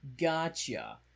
Gotcha